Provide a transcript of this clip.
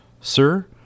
Sir